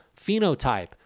phenotype